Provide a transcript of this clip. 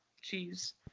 cheese